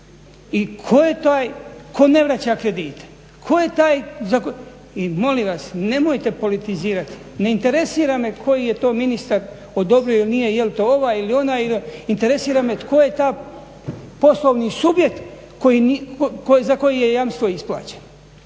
i tko je taj tko ne vraća kredite, tko je taj i molim vas nemojte politizirati, ne interesira me koji je to ministar odobrio ili nije, je li to ovaj ili onaj, interesira me tko je taj poslovni subjekt za koji je jamstvo isplaćeno.